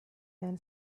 then